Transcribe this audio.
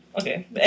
Okay